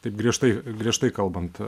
taip griežtai griežtai kalbant